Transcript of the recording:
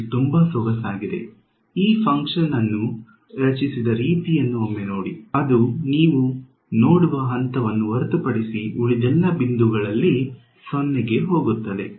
ಇದು ತುಂಬಾ ಸೊಗಸಾಗಿದೆ ಈ ಫಂಕ್ಷನ್ ಅನ್ನು ರಚಿಸಿದ ರೀತಿಯನ್ನು ಒಮ್ಮೆ ನೋಡಿಅದು ನೀವು ನೋಡುವ ಹಂತವನ್ನು ಹೊರತುಪಡಿಸಿ ಉಳಿದೆಲ್ಲ ಬಿಂದುಗಳಲ್ಲಿ 0 ಕ್ಕೆ ಹೋಗುತ್ತದೆ